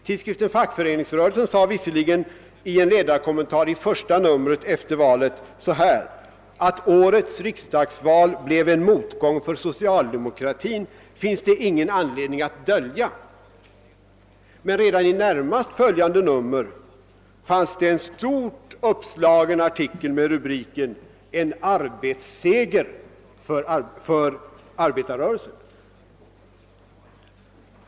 Tidskriften Fackföreningsrörelsen sade visserligen i en ledarkommentar i första numret efter valet: »Att årets riksdagsval blev en motgång för socialdemokratin finns det ingen anledning att dölja», men redan i närmast följande nummer fanns det en stort uppslagen artikel med rubriken »En arbetsseger för arbetarrörelsen».